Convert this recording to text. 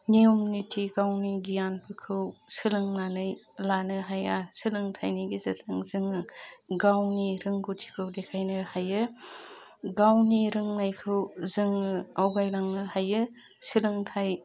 नियम निथि गावनि गियानफोरखौ सोलोंनानै लानो हाया सोलोंथाइनि गेजेरजों जोङो गावनि रोंगौथिखौ देखायनो हायो गावनि रोंनायखौ जोङो आवगायलांनो हायो सोलोंथाइ